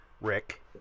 Rick